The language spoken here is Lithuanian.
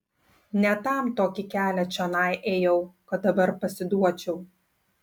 ne tam tokį kelią čionai ėjau kad dabar pasiduočiau